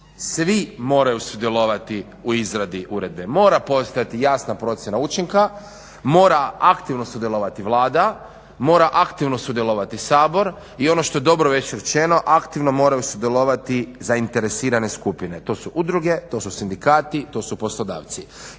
Svi moraju sudjelovati u izradi uredbe, mora postojati jasna procjena učinka, mora aktivno sudjelovati Vlada, mora aktivno sudjelovati Sabor i ono što je dobro već rečeno, aktivno moraju sudjelovati zainteresirane skupine. To su udruge, to su sindikati, to su poslodavci